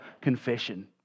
confession